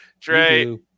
Trey